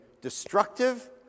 destructive